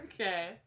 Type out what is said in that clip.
Okay